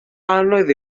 anodd